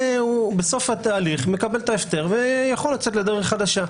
בסוף התהליך הוא מקבל את ההפטר ויכול לצאת לדרך חדשה,